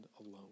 alone